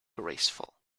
graceful